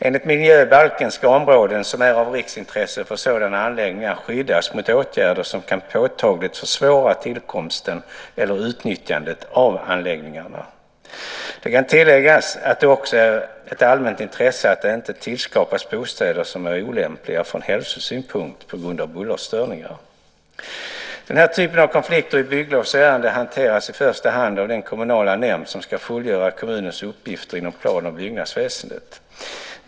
Enligt miljöbalken ska områden som är av riksintresse för sådana anläggningar skyddas mot åtgärder som kan påtagligt försvåra tillkomsten eller utnyttjandet av anläggningarna. Det kan tilläggas att det också är ett allmänt intresse att det inte tillskapas bostäder som är olämpliga från hälsosynpunkt på grund av bullerstörningar. Den här typen av konflikter i bygglovsärenden hanteras i första hand av den kommunala nämnd som ska fullgöra kommunens uppgifter inom plan och byggnadsväsendet.